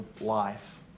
life